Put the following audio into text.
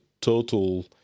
total